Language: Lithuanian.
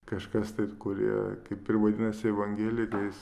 kažkas tai kurie kaip ir vadinasi evangelikais